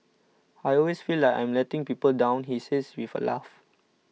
I always feel like I am letting people down he says with a laugh